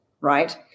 right